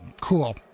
Cool